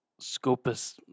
scopus